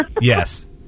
yes